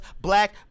black